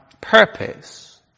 purpose